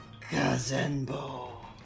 Kazenbo